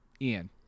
Ian